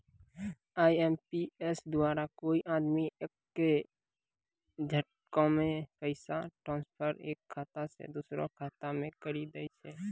IMPS द्वारा कोय आदमी एक्के झटकामे पैसा ट्रांसफर एक खाता से दुसरो खाता मे करी दै छै